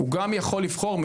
הוא יכול גם לבחור,